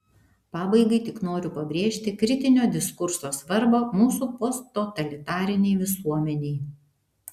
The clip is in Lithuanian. pabaigai tik noriu pabrėžti kritinio diskurso svarbą mūsų posttotalitarinei visuomenei